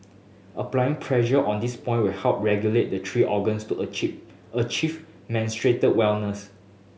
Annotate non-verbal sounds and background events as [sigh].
applying pressure on this point will help regulate the three organs to achieve achieve [unintelligible] wellness